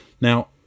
Now